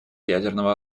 ядерного